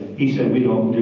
he said, we don't